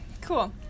cool